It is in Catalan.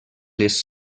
les